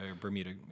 Bermuda